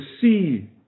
see